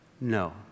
no